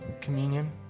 communion